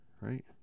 Right